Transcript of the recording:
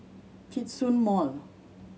Djitsun Mall